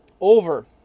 over